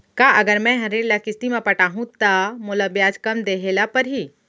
का अगर मैं हा ऋण ल किस्ती म पटाहूँ त मोला ब्याज कम देहे ल परही?